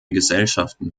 gesellschaften